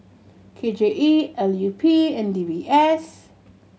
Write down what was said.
K J E L U P and D B S